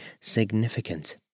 significant